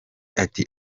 ati